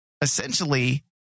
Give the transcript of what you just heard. essentially